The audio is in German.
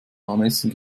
ermessen